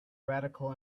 radical